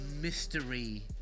mystery